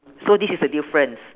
so this is the difference